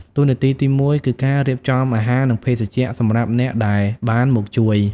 តួនាទីទីមួយគឺការរៀបចំអាហារ និងភេសជ្ជៈសម្រាប់អ្នកដែលបានមកជួយ។